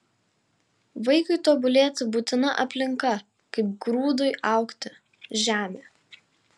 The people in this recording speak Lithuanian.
vaikui tobulėti būtina aplinka kaip grūdui augti žemė